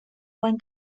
buen